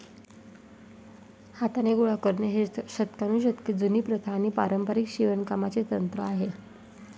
हाताने गोळा करणे ही शतकानुशतके जुनी प्रथा आणि पारंपारिक शिवणकामाचे तंत्र आहे